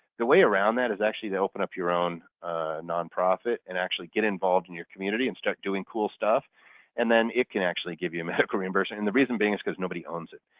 the way around that is actually to open up your own non-profit and actually get involved in your community and start doing cool stuff and then it can actually give you a medical reimbursement and the reason being is because nobody owns it.